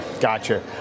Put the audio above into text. Gotcha